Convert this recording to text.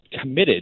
committed